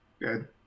good